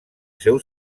seu